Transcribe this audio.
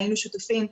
והיינו שותפים,